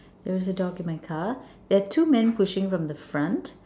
there is a dog in my car there are two men pushing from the front